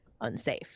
unsafe